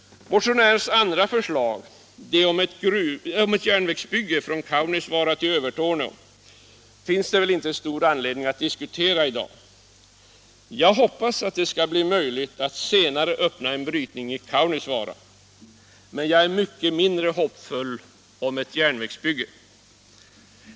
Motionärernas andra förslag, det om ett järnvägsbygge från Kaunisvaara till Övertorneå, finns det väl inte stor anledning att diskutera i dag. Jag hoppas att det skall bli möjligt att senare öppna brytning i Kaunisvaara, men jag är mycket mindre hoppfull om ett järnvägsbygge.